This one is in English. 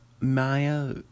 Maya